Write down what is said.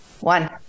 One